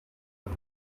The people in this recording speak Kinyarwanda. aho